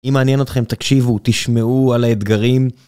אם מעניין אתכם תקשיבו, תשמעו על האתגרים.